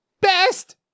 Best